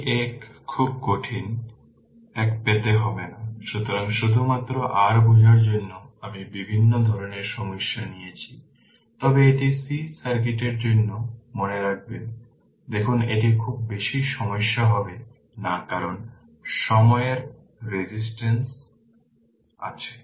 এই এক খুব কঠিন এক পেতে হবে না সুতরাং শুধুমাত্র r বোঝার জন্য আমি বিভিন্ন ধরণের সমস্যা নিয়েছি তবে একটি c সার্কিটের জন্য মনে রাখবেন দেখুন এটি খুব বেশি সমস্যা হবে না কারণ সময় এর রেস্ট্রিকশন আছে